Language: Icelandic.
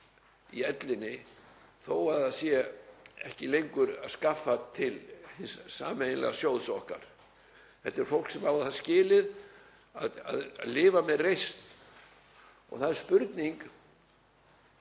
í ellinni þó að það sé ekki lengur að skaffa til hins sameiginlega sjóðs okkar. Þetta er fólk sem á það skilið að lifa með reisn. Það er spurning